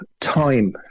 time